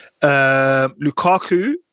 Lukaku